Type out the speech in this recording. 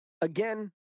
again